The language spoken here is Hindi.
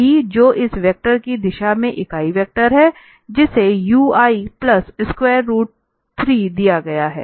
b जो इस वेक्टर की दिशा में इकाई वेक्टर है जिसे u i स्क्वायर रूट 3 दिया गया है